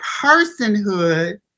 personhood